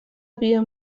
havia